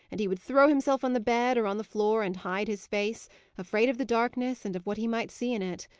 and he would throw himself on the bed or on the floor, and hide his face afraid of the darkness, and of what he might see in it.